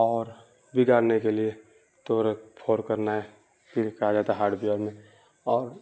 اور بھی جاننے کے لیے توڑ پھور کرنا ہے پھر کہا جاتا ہے ہارڈ وئیر میں اور